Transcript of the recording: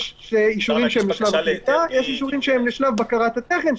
יש אישורים שהם בשלב הקליטה ויש אישורים שהם בשלב בקרת התכן,